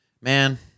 man